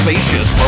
Spacious